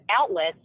outlets